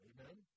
Amen